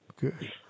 Good